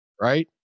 right